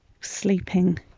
sleeping